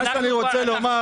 מה שאני רוצה לומר,